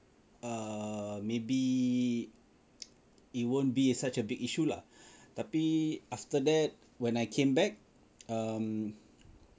err maybe it won't be as such a big issue lah tapi after that when I came back um